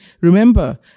remember